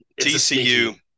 TCU –